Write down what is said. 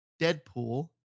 Deadpool